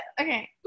Okay